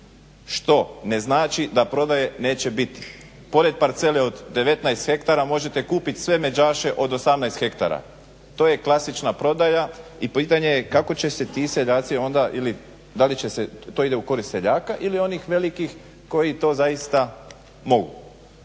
Što ne znači da prodaje neće biti. Pored parcele od 19 hektara možete kupiti sve međaše od 18 hektara. To je klasična prodaja i pitanje je kako će se ti seljaci onda ili da li to ide u korist seljaka ili onih velikih koji to zaista mogu.